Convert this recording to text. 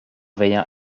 veillant